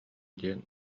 диэн